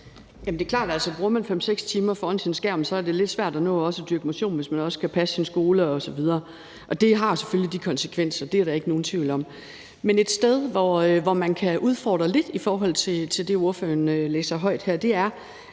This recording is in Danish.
Det er klart, at det, hvis man bruger 5-6 timer foran sin skærm, så også er lidt svært at nå at dyrke motion, hvis man også skal passe sin skole osv., og det har selvfølgelig de konsekvenser. Det er der ikke nogen tvivl om. Men et sted, hvor man også kan udfordre det, som ordføreren her læser op,